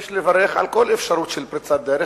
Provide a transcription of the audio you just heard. יש לברך על כל אפשרות של פריצת דרך,